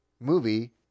movie